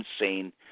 insane